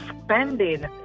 spending